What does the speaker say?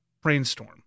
Brainstorm